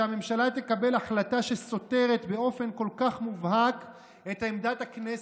שהממשלה תקבל החלטה שסותרת באופן כל כך מובהק את עמדת הכנסת,